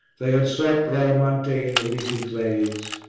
they had sought bradamante in the leafy glades,